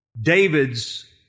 David's